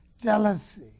Jealousy